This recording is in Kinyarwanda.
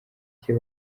cye